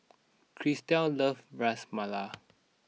Christel loves Ras Malai